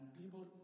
people